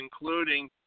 including